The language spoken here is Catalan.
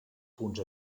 punts